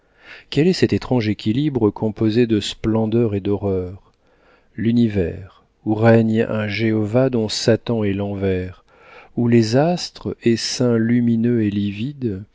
quel est cet étrange équilibre composé de splendeur et d'horreur l'univers où règne un jéhovah dont satan est l'envers où les astres essaim lumineux et livide